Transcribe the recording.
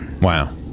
Wow